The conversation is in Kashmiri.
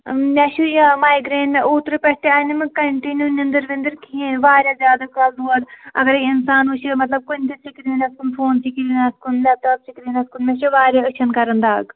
مےٚ چھُ یہِ مایگرٛین مےٚ اوترٕ پیٚٹھ تہِ آے نہٕ مےٚ کَںٹِنیوٗ نیٚنٛدٕر ویٚنٛدٕر کِہیٖنٛۍ واریاہ زیادٕ کَلہٕ دود اَگَرَے اِنسان وُچھِ مطلب کُنہِ تہِ سِکریٖنَس کُن فونہٕ کِس سِکریٖنَس کُن لیٚپٹاپ سِکریٖنَس کُن مےٚ چھُ واریاہ أچھَن کَران دَگ